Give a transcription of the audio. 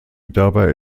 dabei